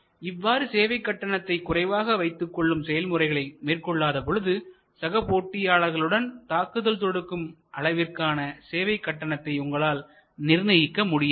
இவ்வாறு சேவை கட்டணத்தை குறைவாக வைத்துக்கொள்ளும் செயல்முறைகளை மேற்கொள்ளாத பொழுது சக போட்டியாளர்களுடன் தாக்குதல்தொடுக்கும் அளவிற்கான சேவை கட்டணத்தை உங்களால் நிர்ணயிக்க முடியாது